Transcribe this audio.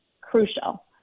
crucial